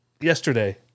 yesterday